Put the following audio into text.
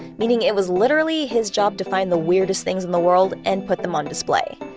meaning it was literally his job to find the weirdest things in the world and put them on display.